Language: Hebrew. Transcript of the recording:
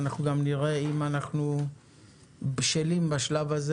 ואנחנו גם נראה אם אנחנו בשלים בשלב הזה,